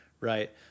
right